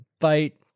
fight